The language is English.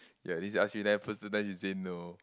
ya this I ask you then the first time you say no